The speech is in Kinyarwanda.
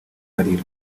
arira